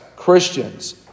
Christians